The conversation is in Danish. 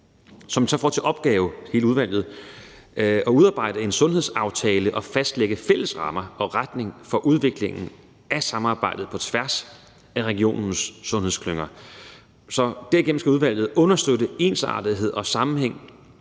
altså hele udvalget, at udarbejde en sundhedsaftale og fastlægge fælles rammer og retning for udviklingen af samarbejdet på tværs af regionens sundhedsklynger. Så derigennem skal udvalget understøtte ensartethed og sammenhæng,